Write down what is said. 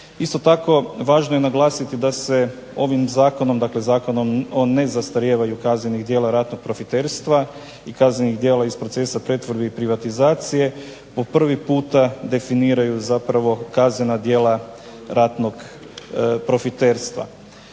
Isto tako važno je naglasiti da se ovim zakonom, dakle Zakonom o nezastarijevanju kaznenih djela ratnog profiterstva i kaznenih djela iz procesa pretvorbe i privatizacije po prvi puta definiraju zapravo kaznena djela ratnog profiterstva.